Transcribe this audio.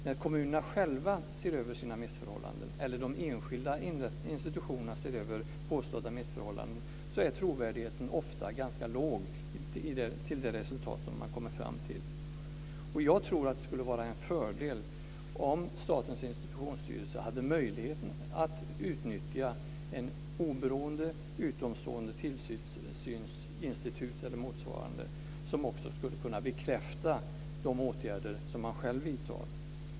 När kommunerna själva ser över sina missförhållanden, eller när de enskilda institutionerna ser över påstådda missförhållanden, är trovärdigheten ofta ganska låg till det resultat man kommer fram till. Jag tror att det skulle vara en fördel om Statens institutionsstyrelse hade möjligheten att utnyttja ett oberoende, utomstående tillsynsinstitut eller motsvarande som också skulle kunna bekräfta de åtgärder man själv vidtar.